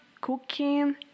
cooking